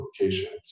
locations